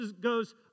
goes